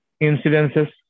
incidences